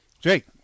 jake